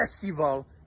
festival